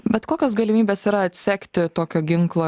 bet kokios galimybės yra atsekti tokio ginklo